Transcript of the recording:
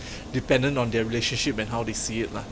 dependent on their relationship and how they see it lah